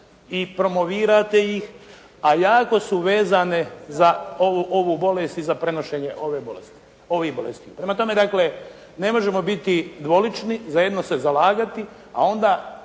i promovirate ih a jako su vezane za ovu bolest i za prenošenje ove bolesti, ovih bolesti. Prema tome dakle ne možemo biti dvolični. Za jedno se zalagati, a onda